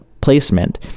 placement